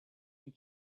and